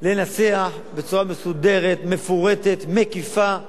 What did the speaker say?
כדי לנסח בצורה מסודרת, מפורטת, מקיפה,